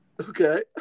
okay